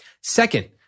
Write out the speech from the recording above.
Second